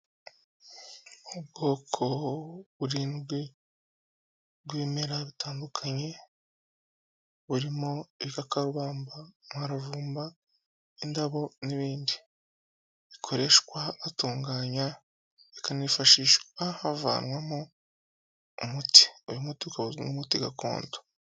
Ubwoko burindwi bw'ibimera bitandukanye, burimo igikakarubamba, umuravumba, indabo n'ibindi. Bikoreshwa batunganya, bikanifashishwa havanwamo umuti. Uyu muti ugahuzwa n'umuti gakondo.